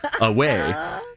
away